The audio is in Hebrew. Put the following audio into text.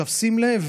שים לב,